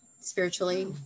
spiritually